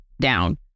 down